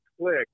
click